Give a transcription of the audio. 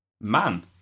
Man